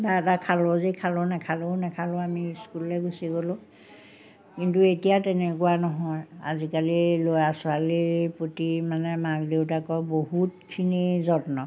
কিবা এটা খালোঁ যি খালোঁ নাখালেও নাখালোঁ আমি স্কুললৈ গুচি গ'লোঁ কিন্তু এতিয়া তেনেকুৱা নহয় আজিকালি ল'ৰা ছোৱালীৰ প্ৰতি মানে মাক দেউতাকৰ বহুতখিনি যত্ন